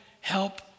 help